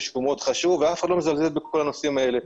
מאוד חשוב ואף אחד לא מזלזל בכל הנושאים האלה.